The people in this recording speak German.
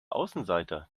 außenseiter